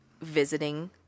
visiting